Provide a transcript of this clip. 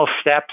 steps